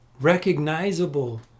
recognizable